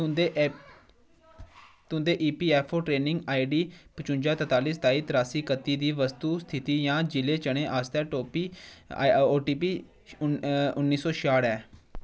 तुं'दे EPFO tracking ID पचुंजा तरताली सताई त्रासी इकत्ती दी वस्तु स्थिति जां जि'ले चने आस्तै ओटीपी उन्नी सौ छेआठ ऐ